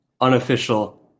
unofficial